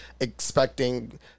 expecting